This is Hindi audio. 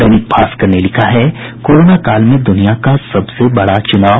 दैनिक भास्कर ने लिखा है कोरोना काल में दुनिया का सबसे बड़ा चुनाव